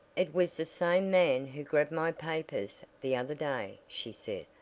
it was the same man who grabbed my papers the other day, she said.